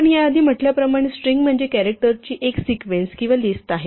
आपण याआधी म्हटल्याप्रमाणे स्ट्रिंग म्हणजे कॅरॅक्टरची एक सिक्वेन्स किंवा लिस्ट आहे